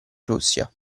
russia